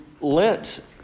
Lent